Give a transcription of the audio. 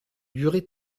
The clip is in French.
durées